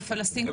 בפלסטין,